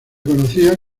conocía